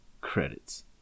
Credits